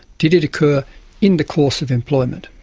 did it occur in the course of employment?